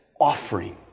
offering